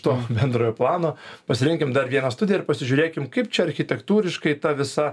to bendrojo plano pasirenkim dar vieną studiją ir pasižiūrėkim kaip čia architektūriškai ta visa